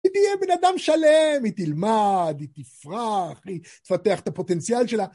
היא תהיה בן אדם שלם, היא תלמד, היא תפרח, היא תפתח את הפוטנציאל שלה.